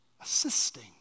assisting